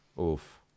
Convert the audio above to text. Oof